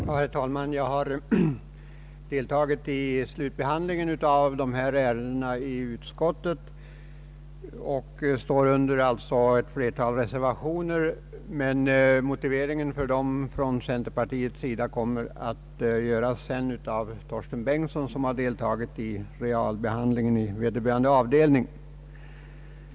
Herr talman! Jag har deltagit i slutbehandlingen av dessa ärenden i utskottet och står som undertecknare av ett flertal reservationer. För centerpartiets del kommer dessa reservationer dock att motiveras av herr Torsten Bengtson, som har deltagit i realbehandlingen i vederbörande avdelning.